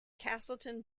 castleton